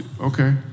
Okay